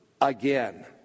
again